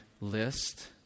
list